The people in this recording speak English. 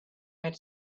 had